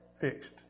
fixed